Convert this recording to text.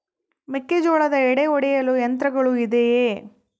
ಮೆಕ್ಕೆಜೋಳದ ಎಡೆ ಒಡೆಯಲು ಯಂತ್ರಗಳು ಇದೆಯೆ?